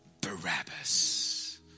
Barabbas